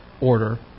order